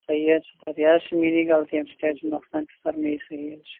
صحٔی حظ چھُ سَر یہِ حظ چھِ میٛٲنی غَلطی امہِ سۭتۍ چھُ أمِس نۅقصان چھُ سَر مےٚ صحٔی حظ چھُ